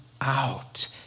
out